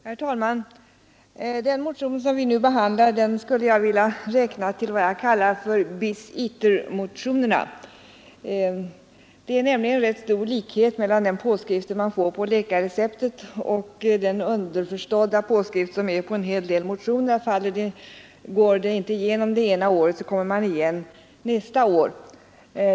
Herr talman! Den motion som vi nu behandlar skulle jag vilja räkna till vad jag kallar bis iter-motionerna. Det är nämligen rätt stor likhet mellan denna påskrift som man får på läkarreceptet och den underförstådda påskrift som finns på en hel del motioner: Går det inte igenom det ena året, så kommer man igen nästa år.